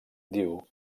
diu